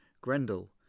Grendel